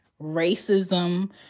racism